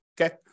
Okay